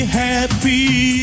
happy